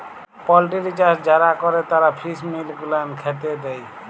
poultry চাষ যারা ক্যরে তারা ফিস মিল গুলান খ্যাতে দেই